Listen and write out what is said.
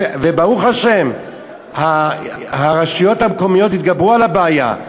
ברוך השם, הרשויות המקומיות התגברו על הבעיה.